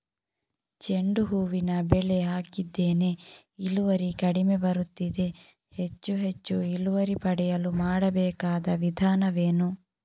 ಚೆಂಡು ಹೂವಿನ ಬೆಳೆ ಹಾಕಿದ್ದೇನೆ, ಇಳುವರಿ ಕಡಿಮೆ ಬರುತ್ತಿದೆ, ಹೆಚ್ಚು ಹೆಚ್ಚು ಇಳುವರಿ ಪಡೆಯಲು ಮಾಡಬೇಕಾದ ವಿಧಾನವೇನು?